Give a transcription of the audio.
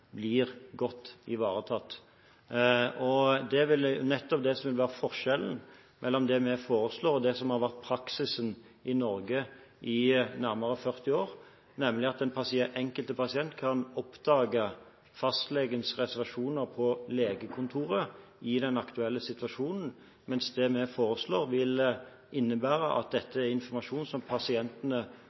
blir godt ivaretatt. Det er nettopp det som vil være forskjellen mellom det vi foreslår, og det som har vært praksisen i Norge i nærmere 40 år, nemlig at den enkelte pasient kan oppdage fastlegens reservasjoner på legekontoret i den aktuelle situasjonen, mens det vi foreslår, vil innebære at dette er informasjon som pasientene